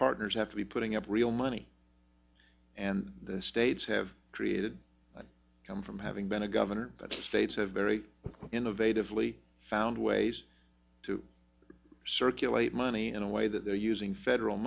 partners have to be putting up real money and the states have created him from having been a governor but the states have very innovative lee found ways to circulate money in a way that they're using federal